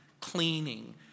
Cleaning